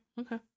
okay